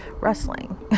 wrestling